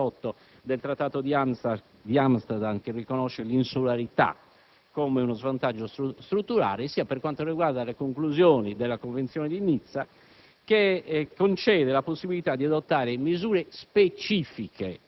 sia se si tiene conto della normativa comunitaria, in particolare dell'articolo 158 del Trattato di Amsterdam, che riconosce l'insularità come uno svantaggio strutturale, sia se si tiene conto delle conclusioni della Convenzione di Nizza,